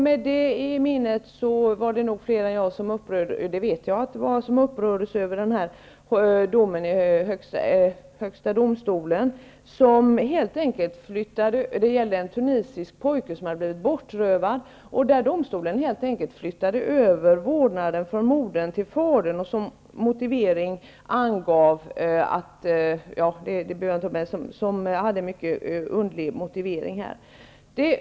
Med det i minnet var det nog fler än jag -- det vet jag att det var -- som upprördes över en dom i högsta domstolen som gällde en tunisisk pojke som hade blivit bortrövad; domstolen flyttade helt enkelt över vårdnaden från modern till fadern med en mycket underlig motivering.